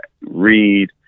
read